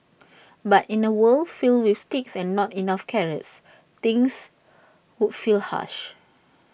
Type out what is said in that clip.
but in A world filled with sticks and not enough carrots things would feel harsh